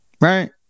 right